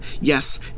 yes